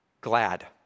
glad